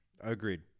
Agreed